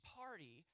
party